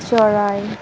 চড়াই